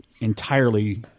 entirely